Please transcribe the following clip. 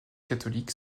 catholique